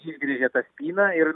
išgręžė tą spyną ir